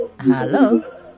Hello